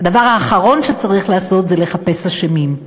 הדבר האחרון שצריך לעשות זה לחפש אשמים,